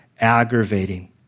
aggravating